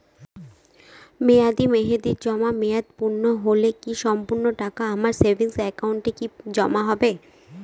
মেয়াদী মেহেদির জমা মেয়াদ পূর্ণ হলে কি সম্পূর্ণ টাকা আমার সেভিংস একাউন্টে কি জমা হবে?